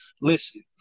listen